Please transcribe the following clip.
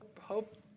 Hope